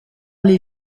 les